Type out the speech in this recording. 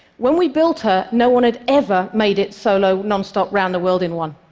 when we built her, no one had ever made it solo nonstop around the world in one,